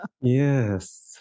Yes